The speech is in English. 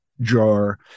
jar